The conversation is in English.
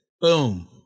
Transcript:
Boom